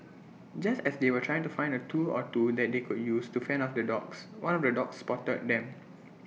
just as they were trying to find A tool or two that they could use to fend off the dogs one of the dogs spotted them